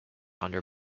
under